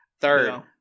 third